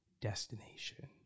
destination